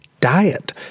diet